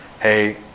hey